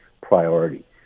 priority